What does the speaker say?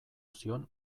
zion